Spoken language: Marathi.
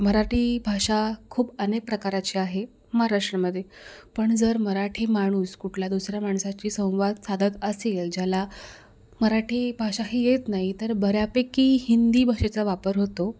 मराठी भाषा खूप अनेक प्रकाराची आहे महाराष्ट्रामध्ये पण जर मराठी माणूस कुठला दुसरा माणसाशी संवाद साधत असेल ज्याला मराठी भाषा ही येत नाही तर बऱ्यापैकी हिंदी भाषेचा वापर होतो